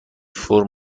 فرم